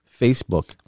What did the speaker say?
Facebook